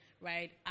right